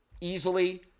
easily